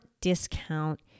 discount